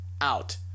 out